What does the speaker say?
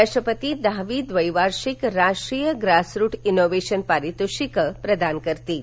राष्ट्रपती दहावी द्वैवार्षिक राष्ट्रीय ग्रासरू इनोवेशन पारितोषिकं प्रदान करतील